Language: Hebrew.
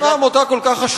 אם העמותה כל כך חשובה,